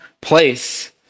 place